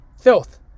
filth